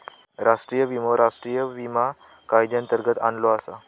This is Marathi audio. राष्ट्रीय विमो राष्ट्रीय विमा कायद्यांतर्गत आणलो आसा